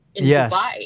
Yes